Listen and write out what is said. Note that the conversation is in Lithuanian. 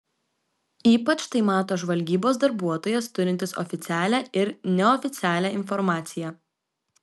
ypač tai mato žvalgybos darbuotojas turintis oficialią ir neoficialią informaciją